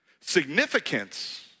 Significance